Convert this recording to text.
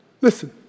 Listen